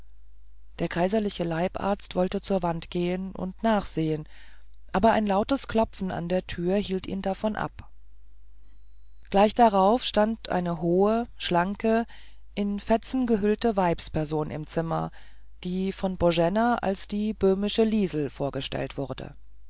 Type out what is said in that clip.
der kaiserliche leibarzt wollte zur wand gehen und nachsehen aber ein lautes klopfen an der tür hielt ihn davon ab gleich darauf stand eine hohe schlanke in fetzen gehüllte weibsperson im zimmer die von boena als die böhmische liesel vorgestellt wurde